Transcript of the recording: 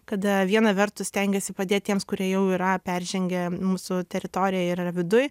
kada viena vertus stengiasi padėt tiems kurie jau yra peržengę mūsų teritoriją ir yra viduj